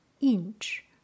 inch